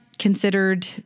Considered